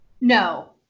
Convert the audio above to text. no